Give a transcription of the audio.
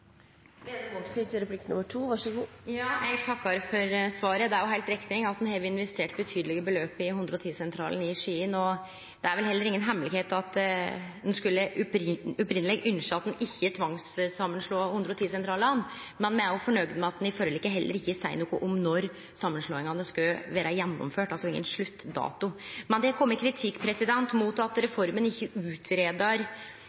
for svaret. Det er jo heilt riktig at ein har investert betydelege beløp i 110-sentralen i Skien. Det er vel heller inga hemmelegheit at ein opphavleg skulle ønskje at ein ikkje tvangssamanslo 110-sentralane, men me er fornøgde med at ein i forliket heller ikkje seier noko om når samanslåingane skal vere gjennomførte – altså ingen sluttdato. Men det er kome kritikk mot at